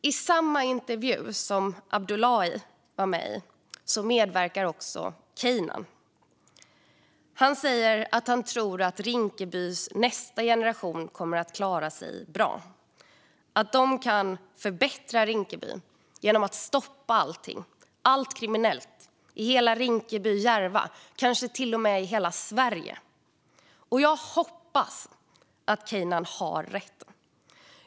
I intervjun som Abdullahi är med i medverkar också Keynaan. Han säger att han tror att Rinkebys nästa generation kommer att klara sig bra och att de kan förbättra Rinkeby genom att stoppa all kriminalitet i Rinkeby och Järva - kanske hela Sverige. Jag hoppas att Keynaan har rätt.